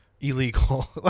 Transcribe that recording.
illegal